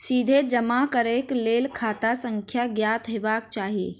सीधे जमा करैक लेल खाता संख्या ज्ञात हेबाक चाही